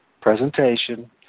presentation